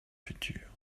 futures